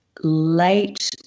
late